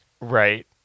Right